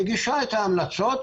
מגישה את ההמלצות,